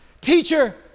teacher